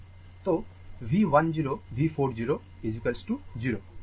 তো V 1 0 V 4 0 0